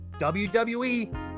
WWE